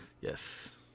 yes